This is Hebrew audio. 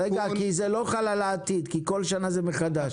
כי זה לא חל על העתיד, כי כל שנה זה מחדש.